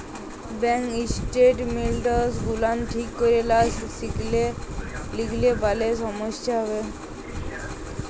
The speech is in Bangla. ব্যাংক ইসটেটমেল্টস গুলান ঠিক ক্যরে লা লিখলে পারে সমস্যা হ্যবে